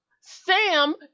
Sam